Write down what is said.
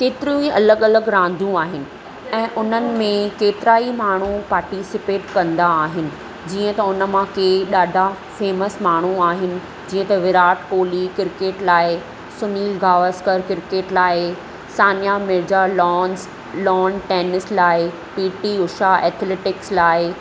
केतिरियूं ई अलॻि अलॻि रांदियूं आहिनि ऐं उन्हनि में केतिरा ई माण्हू पार्टिसिपेट कंदा आहिनि जीअं त उन मां कंहिं ॾाढा फेमस माण्हू आहिनि जीअं त विराट कोहली क्रिकेट लाइ सुनील गावस्कर क्रिकेट लाइ Sania Mirza lawn lawn tennis लाइ पी टी उषा ऐथिलैटिक्स लाइ